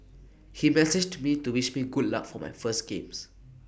he messaged me to wish me good luck for my first games